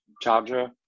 charger